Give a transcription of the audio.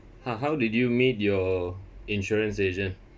how how did you meet your insurance agent